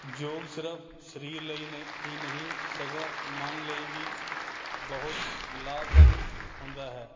ਯੋਗ ਸਿਰਫ ਸਰੀਰ ਲਈ ਨੇ ਹੀ ਨਹੀਂ ਸਗੋਂ ਮਨ ਲਈ ਵੀ ਬਹੁਤ ਲਾਭਕਾਰੀ ਹੁੰਦਾ ਹੈ